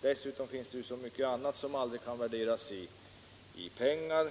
Dessutom finns det mycket annat som aldrig kan värderas i pengar: